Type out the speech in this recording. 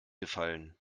gefallen